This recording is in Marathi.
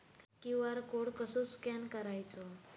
क्यू.आर कोड कसो स्कॅन करायचो?